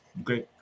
Okay